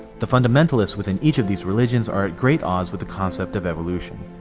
the fundamentalists within each of these religions are at great odds with the concept of evolution.